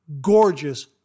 gorgeous